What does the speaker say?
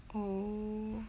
oh